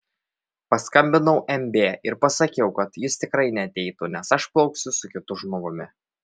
paskambinau mb ir pasakiau kad jis tikrai neateitų nes aš plauksiu su kitu žmogumi